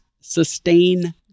sustain